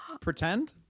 Pretend